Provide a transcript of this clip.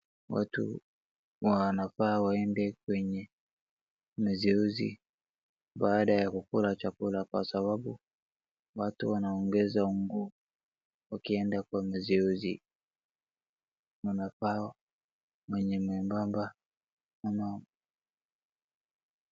Watu wanafaa waende kwenye mazoezi baada ya kukula chakula, kwa sababu watu wanaongeza nguvu wakienda kwa mazoezi. Wanafaa mwenye mwembamba ama...